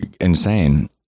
insane